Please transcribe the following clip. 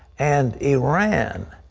and iran.